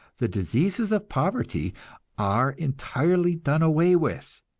the diseases of poverty are entirely done away with.